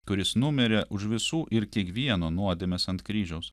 kuris numirė už visų ir kiekvieno nuodėmes ant kryžiaus